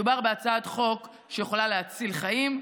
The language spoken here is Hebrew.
מדובר בהצעת חוק שיכולה להציל חיים.